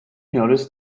notice